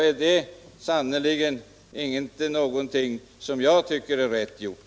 Det är sannerligen inte någonting som jag tycker är rätt gjort.